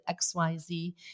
XYZ